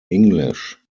english